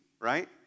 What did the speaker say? right